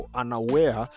unaware